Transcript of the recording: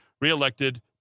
reelected